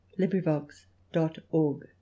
librivox.org